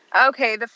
Okay